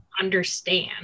understand